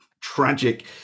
tragic